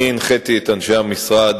הנחיתי את אנשי המשרד